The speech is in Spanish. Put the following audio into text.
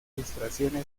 ilustraciones